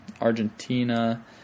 Argentina